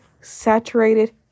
saturated